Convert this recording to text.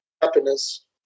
happiness